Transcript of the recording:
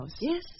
Yes